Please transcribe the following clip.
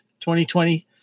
2020